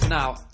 Now